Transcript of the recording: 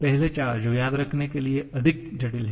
पहले चार जो याद रखने के लिए अधिक जटिल हैं